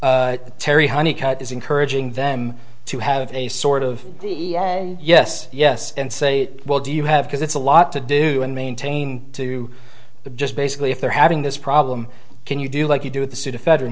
w terri honey cut is encouraging them to have a sort of yes yes and say well do you have because it's a lot to do and maintain to the just basically if they're having this problem can you do like you do with the pseud